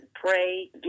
pray